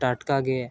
ᱴᱟᱴᱠᱟᱜᱮ